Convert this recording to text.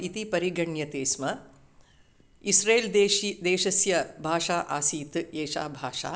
इति परिगण्यते स्म इस्रेल् देशीया देशस्य भाषा आसीत् एषा भाषा